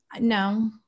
No